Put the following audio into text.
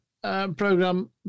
Program